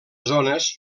zones